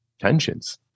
tensions